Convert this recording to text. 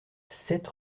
sept